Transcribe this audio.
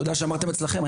תודה שאמרתם אצלכם.